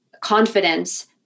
confidence